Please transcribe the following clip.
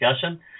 discussion